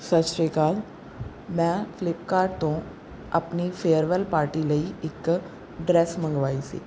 ਸਤਿ ਸ਼੍ਰੀ ਅਕਾਲ ਮੈਂ ਫਲਿੱਪ ਕਾਰਟ ਤੋਂ ਆਪਣੀ ਫੇਅਰਵੈੱਲ ਪਾਰਟੀ ਲਈ ਇੱਕ ਡਰੈਸ ਮੰਗਵਾਈ ਸੀ